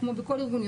כמו בכל ארגון,